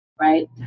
Right